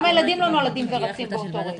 גם הילדים לא נולדים ורצים באותו רגע.